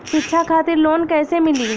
शिक्षा खातिर लोन कैसे मिली?